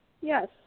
Yes